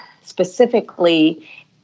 specifically